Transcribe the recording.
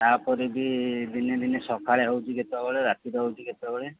ତା'ପରେ ବି ଦିନେ ଦିନେ ସକାଳେ ହେଉଛି କେତେବେଳେ ରାତିରେ ହେଉଛି କେତେବେଳେ